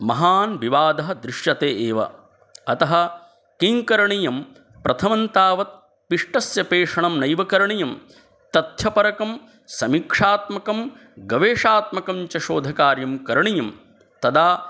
महान् विवादः दृश्यते एव अतः किंकरणीयं प्रथमं तावत् पिष्टस्य पेषणं नैव करणीयं तच्च परकं समीक्षात्मकं गवेशात्मकं च शोधकार्यं करणीयं तदा